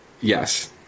Yes